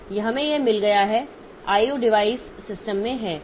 हमें यह मिल गया है आईओ डिवाइस सिस्टम में हैं